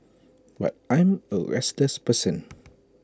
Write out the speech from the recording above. but I'm A restless person